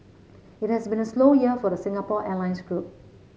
it has been a slow year for the Singapore Airlines group